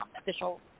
official